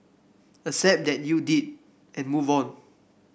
accept that you did and move on